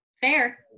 Fair